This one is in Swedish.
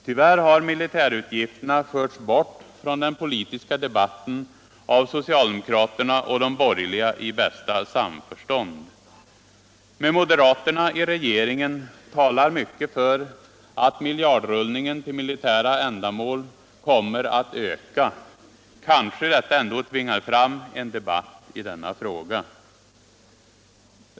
Tyvärr har militärutgifterna förts bort från den politiska debatten av socialdemokraterna och de borgerliga i bästa samförstånd. Mycket talar för att miljardrullningen till militära ändamål - med moderaterna i regeringen - kommer att öka. Kanske detta ändå tvingar fram en debatt i denna fråga.